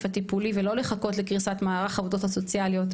הטיפולי ולא לחכות לקריסת מערך העובדות הסוציאליות,